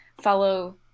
follow